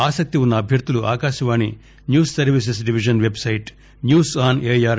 ఆసక్తి ఉన్న అభ్యర్థులు Akashvani news services division website news on air